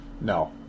No